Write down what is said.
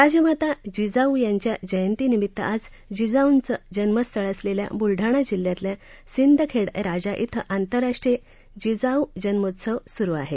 राजमाता जिजाऊ यांच्या जयंतीनिमित्त आज जिजाऊंचं जन्मस्थळ असलेल्या बुलडाणा जिल्ह्यातल्या सिंदखेड राजा इथं आंतरराष्ट्रीय जिजाऊ जन्ममहोत्सव सुरू आहे